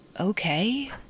okay